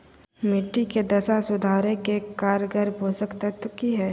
मिट्टी के दशा सुधारे के कारगर पोषक तत्व की है?